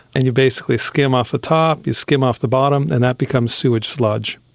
and you basically skim off the top, you skim off the bottom, and that becomes sewage sludge.